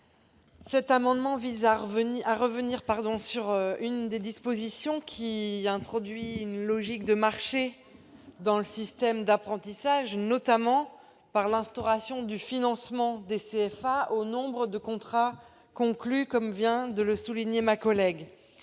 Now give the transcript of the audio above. Cet amendement vise à revenir sur l'une des dispositions qui introduisent une logique de marché dans le système d'apprentissage, notamment par l'instauration d'un financement des CFA lié au nombre de contrats conclus- ma collègue vient de le souligner.